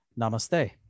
namaste